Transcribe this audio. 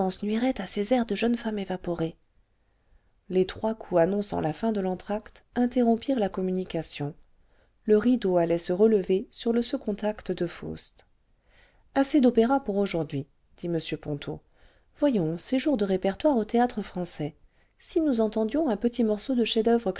nuirait à ses airs de jeune femme évaporée les trois coups annonçant la fin de l'entr'acte interrompirent la communication le rideau allait se relever sur le second acte de faust c assez d'opéra pour aujourd'hui dit m ponto voyons c'est jour de répertoire au théâtre-français si nous entendions un petit morceau de chef dcèuvre